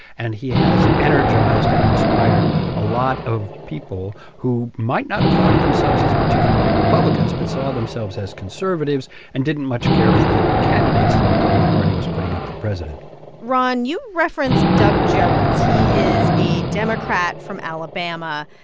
and he has energized and inspired a lot of people who might not have thought of themselves as particularly republicans but saw themselves as conservatives and didn't much care for the candidates the republican party was putting up for president ron, you referenced doug jones. he is a democrat from alabama,